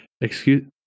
Excuse